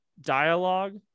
dialogue